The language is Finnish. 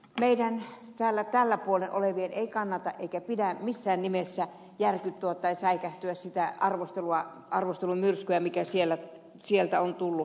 meidän täällä tällä puolen olevien ei kannata eikä pidä missään nimessä järkyttyä tai säikähtyä sitä arvostelun myrskyä mikä sieltä on tullut